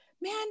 man